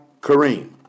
Kareem